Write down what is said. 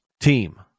team